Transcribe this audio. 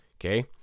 Okay